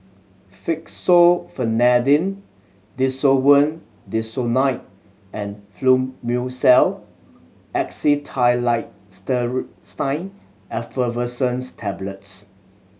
Fexofenadine Desowen Desonide and Fluimucil Effervescent's Tablets